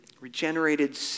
regenerated